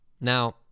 Now